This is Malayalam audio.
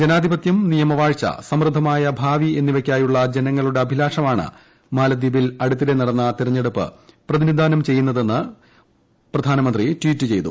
ജനാധിപത്യം നിമയവാഴ്ച സമൃദ്ധമായ ഭ്യാവി എന്നിവയ്ക്കായുള്ള ജനങ്ങളുടെ അഭ്രീലാഷമാണ് മാലിദ്വീപിൽ അടുത്തിടെ നടന്ന തെരഞ്ഞെടുപ്പ് പ്രതിനിധാനം ചെയ്യുന്നതെന്ന് പ്രധാനമന്ത്രി ട്വീറ്റ് ചെയ്തു